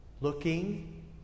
Looking